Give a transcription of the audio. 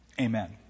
amen